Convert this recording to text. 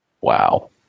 Wow